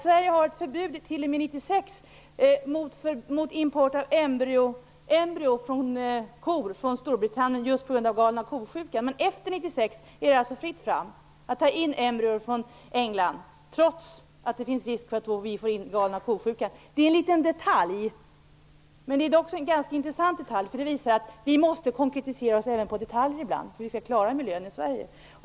Sverige har ett förbud som gäller t.o.m. 1996 mot import av koembryon från Storbritannien, just på grund av galna kosjukan. Efter 1996 är det alltså fritt fram att ta in embryon från England, trots att det finns en risk att vi då får in galna ko-sjukan. Det är en liten detalj, men det är en ganska intressant detalj. Det visar att vi måste konkretisera oss även när det gäller detaljer ibland om vi skall klara miljön i Sverige.